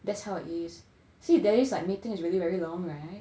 that's how is see daddy's like meeting is really very long right